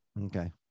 Okay